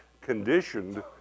conditioned